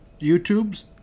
YouTubes